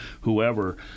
whoever